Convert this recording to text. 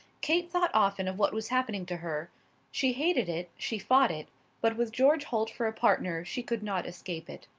kate thought often of what was happening to her she hated it, she fought it but with george holt for a partner she could not escape it.